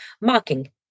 mocking